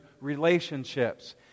relationships